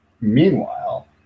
Meanwhile